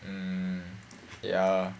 mm ya